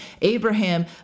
Abraham